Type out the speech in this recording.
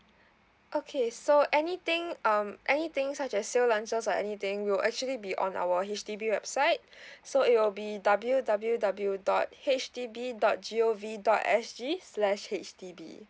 okay so anything um anything such as sale launches or anything will actually be on our H_D_B website so it will be W W W dot H D B dot G O V dot S G slash H_D_B